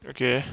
okay